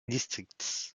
districts